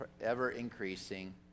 ever-increasing